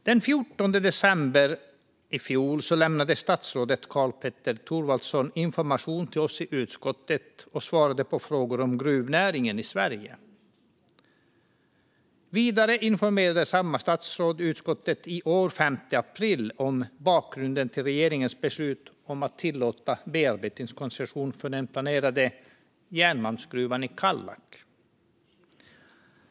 Den 14 december i fjol lämnade statsrådet Karl-Petter Thorwaldsson information till oss i utskottet och svarade på frågor om gruvnäringen i Sverige. Vidare informerade samma statsråd utskottet i år, den 5 april, om bakgrunden till regeringens beslut att tillåta bearbetningskoncession för den planerade järnmalmsgruvan i Kallak.